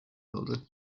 builder